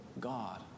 God